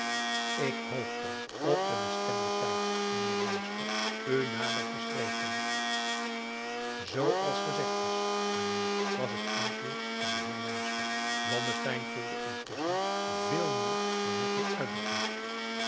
ik hoop dan op den bestemden tijd mijnheer wynstok u nader te spreken zoo als gezegd is mijnheer was het antwoord van den heer wynstok blommesteyn voelde intusschen veel meer dan hij kon uitdrukken